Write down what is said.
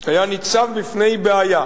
היה ניצב בפני בעיה